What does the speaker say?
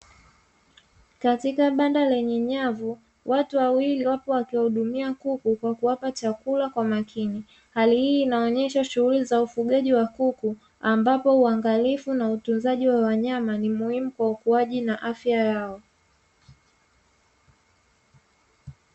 Katika banda lenye nyavu watu wawili wapo wakiudumia kuku kwa kuwapa chakula kwa makini. Hali hii inaonyesha shughuli za ufugaji wa kuku ambapo uangalifu na utunzaji wa wanyama ni muhimu kwa ukuaji na afya yao.